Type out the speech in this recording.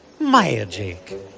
Magic